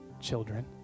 children